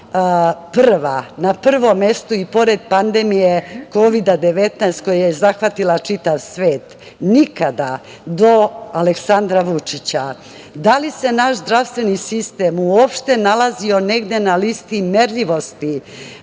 prva, na prvom mestu i pored pandemije Kovida 19 koja je zahvatila čitav svet? Nikada, do Aleksandra Vučića. Da li se naš zdravstveni sistem uopšte nalazio negde na listi merljivosti